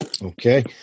Okay